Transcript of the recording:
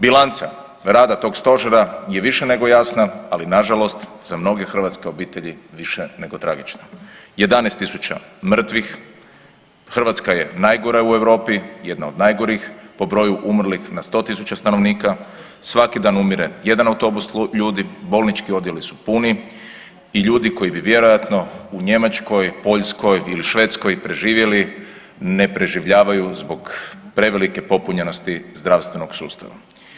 Bilanca rada tog stožera je više nego jasna, ali nažalost za mnoge hrvatske obitelji više nego tragična, 11 tisuća mrtvih, Hrvatska je najgora u Europi, jedna od najgorih po broju umrlih na 100 tisuća stanovnika, svaki dan umire jedan autobus ljudi, bolnički odjeli su puni i ljudi koji bi vjerojatno u Njemačkoj, Poljskoj ili Švedskoj preživjeli ne preživljavaju zbog prevelike popunjenosti zdravstvenog sustava.